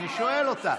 אני שואל אותה.